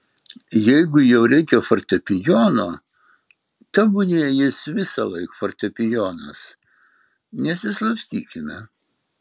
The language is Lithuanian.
jeigu jau reikia fortepijono tebūnie jis visąlaik fortepijonas nesislapstykime